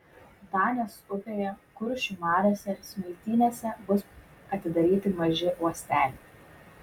danės upėje kuršių mariose smiltynėse bus atidaryti maži uosteliai